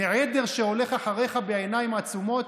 מעדר שהולך אחריך בעיניים עצומות?